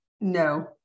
no